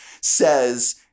says